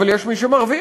אבל יש מי שמרוויח,